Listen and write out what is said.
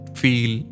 feel